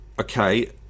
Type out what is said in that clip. Okay